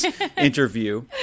interview